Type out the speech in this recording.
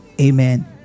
amen